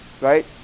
right